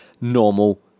normal